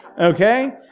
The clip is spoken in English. Okay